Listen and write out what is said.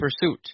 Pursuit